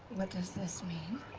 what does this mean?